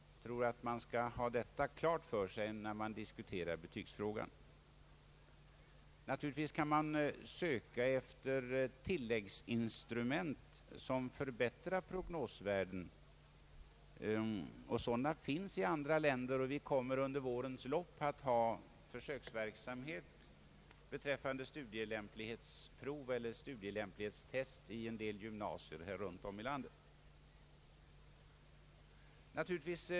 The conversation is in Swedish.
Jag tror att man skall ha detta klart för sig när man diskuterer betygsfrågan. Naturligtvis kan man söka efter tilläggsinstrument som förbättrar prognosvärdet. Sådana finns i andra länder, och vi kommer under vårens lopp att ha försöksverksamhet med studielämplighetstest i en del gymnasier runt om i landet.